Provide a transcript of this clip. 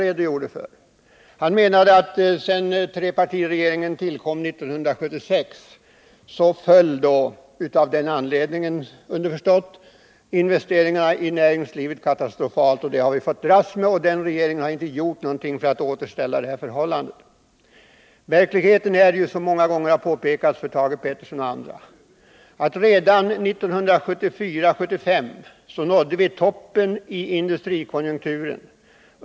Thage Peterson menar att sedan trepartiregeringen tillkom 1976 — och, underförstått, som en följd därav — har investerinzarna i näringslivet minskat katastrofalt, och det har vi fått dras med, eftersom den regeringen inte gjort någonting för att motverka det. Men som så många gånger har påpekats för Thage Peterson och andra är verkligheten den att vi redan 1974-1975 nådde toppen i industrikonjunkturen.